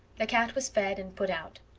the cat was fed and put out.